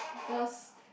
first